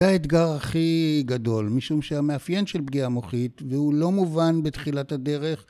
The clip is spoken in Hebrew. זה האתגר הכי גדול, משום שהמאפיין של פגיעה מוחית והוא לא מובן בתחילת הדרך